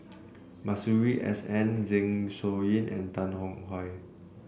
Masuri S N Zeng Shouyin and Tan Tong Hye